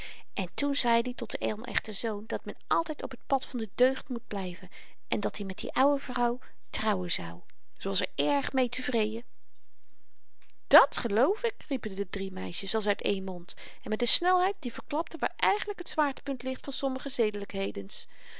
en toen zeid i tot den onechten zoon dat men altyd op t pad van de deugd moet blyven en dat-i met die oude vrouw trouwen zou ze was er erg mee tevreden dat geloof ik riepen de drie meisjes als uit één mond en met n snelheid die verklapte waar eigenlyk t zwaartepunt ligt van sommige